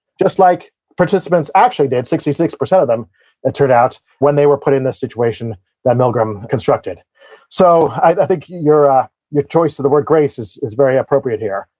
just like participants actually did, sixty six percent of them it turned out, when they were put in the situation that milgram constructed so, i think your ah your choice of the word grace is is very appropriate here.